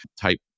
type